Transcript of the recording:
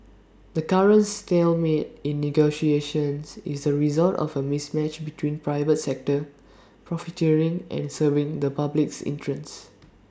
the current stalemate in negotiations is the result of A mismatch between private sector profiteering and serving the public's interests